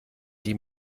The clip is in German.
die